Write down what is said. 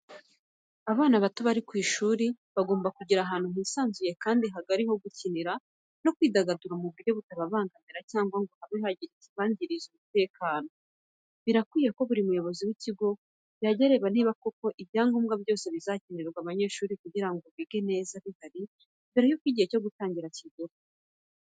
Abana bato bari ku ishuri bagomba kugira ahantu hisanzuye kandi hagari ho gukinira no kwidagadura mu buryo batabangamirana cyangwa ngo habe hagira ikibangiriza umutekano. Birakwiye ko buri muyobozi w'ikigo yajya areba niba koko ibyangombwa byose bizakenerwa n'abanyeshuri kugira ngo bige neza bihari mbere y'uko igihe cyo gutangira kigera.